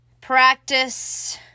practice